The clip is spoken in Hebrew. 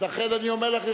אז לכן אני אומר לך,